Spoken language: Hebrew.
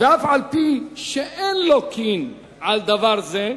ואף-על-פי שאין לוקין על דבר זה,